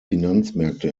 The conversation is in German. finanzmärkte